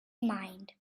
mind